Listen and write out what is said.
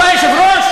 אתה יושב-ראש?